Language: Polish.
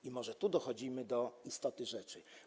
I może tu dochodzimy do istoty rzeczy.